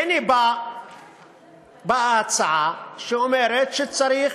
והנה באה ההצעה שאומרת שצריך,